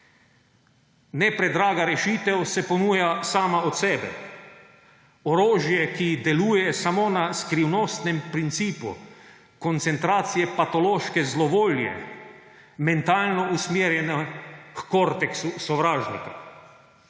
Ne predraga rešitev se ponuja sama od sebe. Orožje, ki deluje samo na skrivnostnem principu koncentracije patološke zlovolje, mentalno usmerjene h korteksu sovražnika.